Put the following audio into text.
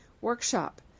Workshop